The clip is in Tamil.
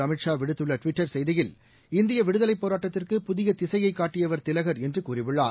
அமித் ஷா விடுத்துள்ளட்விட்டர் செய்தியில் இந்தியவிடுதலைப் போராட்டத்திற்கு புதியதிசையைகாட்டியவர் திலகர் என்றுகூறியுள்ளார்